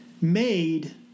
made